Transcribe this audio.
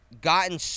gotten